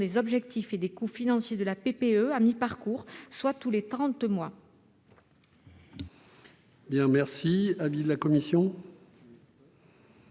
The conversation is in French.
des objectifs et des coûts financiers de la PPE à mi-parcours, soit tous les trente mois.